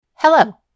Hello